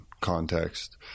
context